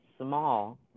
small